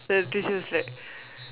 then the teacher was like